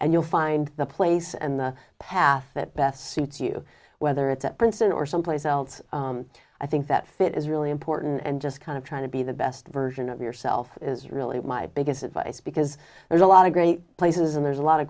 and you'll find the place and the path that best suits you whether it's at princeton or someplace else i think that fit is really important and just kind of trying to be the best version of yourself is really my biggest advice because there's a lot of great places and there's a lot of